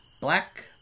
Black